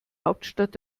hauptstadt